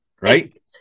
right